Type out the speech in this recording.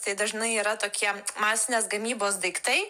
tai dažnai yra tokie masinės gamybos daiktai